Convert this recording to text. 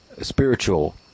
spiritual